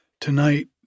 Tonight